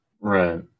Right